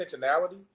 intentionality